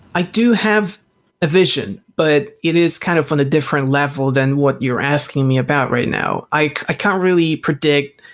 i do have a vision, but it is kind of on a different level than what you're asking me about right now. i i can't really predict